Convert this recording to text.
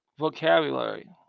vocabulary